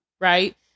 right